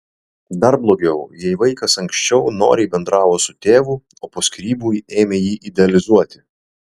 dar blogiau jei vaikas anksčiau noriai bendravo su tėvu o po skyrybų ėmė jį idealizuoti